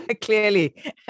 clearly